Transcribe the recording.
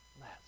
less